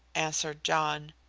answered john.